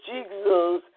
Jesus